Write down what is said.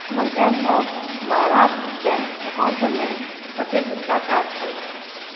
हमर bank of Maharashtra bank account मे कतेक टका छै